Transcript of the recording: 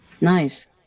nice